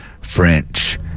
French